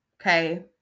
Okay